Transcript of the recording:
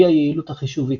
הוא היעילות החישובית.